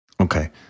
Okay